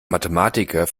mathematiker